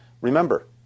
Remember